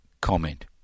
comment